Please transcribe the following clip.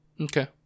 Okay